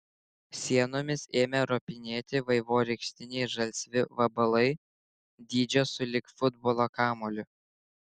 sienomis ėmė ropinėti vaivorykštiniai žalsvi vabalai dydžio sulig futbolo kamuoliu